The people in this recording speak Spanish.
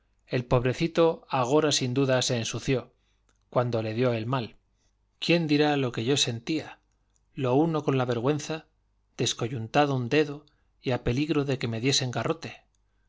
el pobrecito agora sin duda se ensució cuando le dio el mal quién dirá lo que yo sentía lo uno con la vergüenza descoyuntado un dedo y a peligro de que me diesen garrote